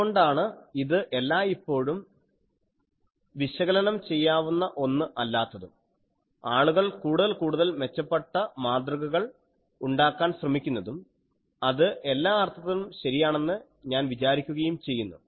അതുകൊണ്ടാണ് ഇത് എല്ലായ്പ്പോഴും വിശകലനം ചെയ്യാവുന്ന ഒന്ന് അല്ലാത്തതും ആളുകൾ കൂടുതൽ കൂടുതൽ മെച്ചപ്പെട്ട മാതൃകകൾ ഉണ്ടാക്കാൻ ശ്രമിക്കുന്നതും അത് എല്ലാ അർത്ഥത്തിലും ശരിയാണെന്ന് ഞാൻ വിചാരിക്കുകയും ചെയ്യുന്നു